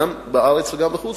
גם בארץ וגם בחוץ-לארץ.